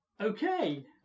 Okay